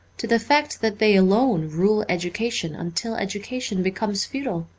to the fact that they alone rule education until education becomes futile?